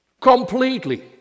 completely